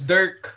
Dirk